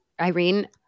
Irene